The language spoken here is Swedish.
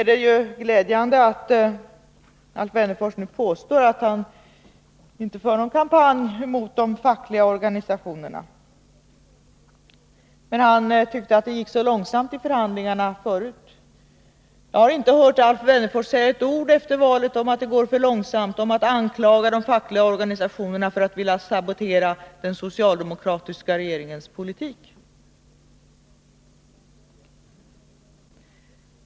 Det är glädjande att Alf Wennerfors nu påstår att han inte för någon kampanj mot de fackliga organisationerna. Men han tyckte att det gick för långsamt i förhandlingarna tidigare. Efter valet har jag inte hört Alf Wennerfors säga ett ord om att det går för långsamt eller hört honom anklaga de fackliga organisationerna för att vilja sabotera den socialdemokratiska regeringens politik.